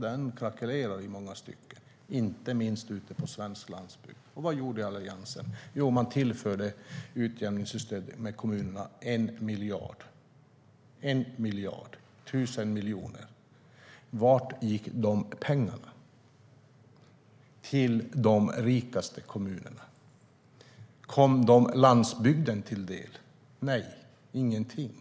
Den krackelerar i många stycken, inte minst ute på svensk landsbygd. Vad gjorden Alliansen? Jo, man tillförde via utjämningssystemet 1 miljard till kommunerna, 1 000 miljoner. Vart gick de pengarna? Jo, till de rikaste kommunerna. Kom de landsbygden till del? Nej, inte alls.